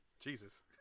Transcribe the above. Jesus